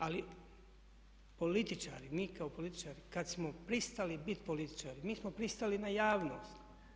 Ali političari, mi kao političari kad smo pristali biti političari mi smo pristali na javnost.